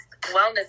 wellness